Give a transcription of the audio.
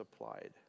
applied